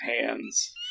hands